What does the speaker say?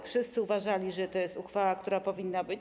Wszyscy uważali, że to jest uchwała, która powinna być.